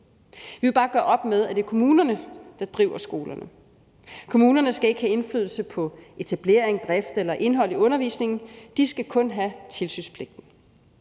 vi vil bare gøre op med, at det er kommunerne, der driver skolerne. Kommunerne skal ikke have indflydelse på etablering, drift eller indhold i undervisningen. De skal kun have tilsynspligten.